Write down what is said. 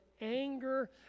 anger